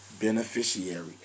beneficiary